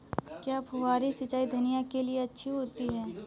क्या फुहारी सिंचाई धनिया के लिए अच्छी होती है?